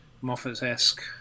Moffat-esque